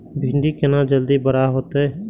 भिंडी केना जल्दी बड़ा होते?